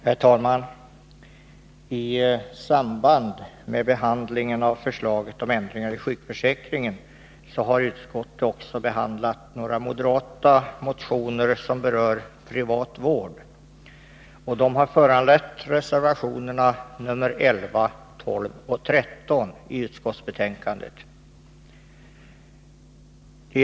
Herr talman! I betänkandet med anledning av förslaget om ändringar i sjukförsäkringen har utskottet också behandlat några moderata motioner som berör privatvård. De har föranlett reservationerna nr 11, 12 och 13 i betänkandet.